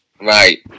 right